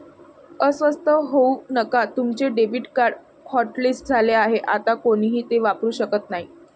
अस्वस्थ होऊ नका तुमचे डेबिट कार्ड हॉटलिस्ट झाले आहे आता कोणीही ते वापरू शकत नाही